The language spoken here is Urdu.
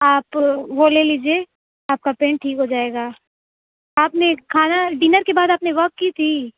آپ وہ لے لیجیے آپ کا پین ٹھیک ہو جائے گا آپ نے کھانا ڈنر کے بعد آپ نے واک کی تھی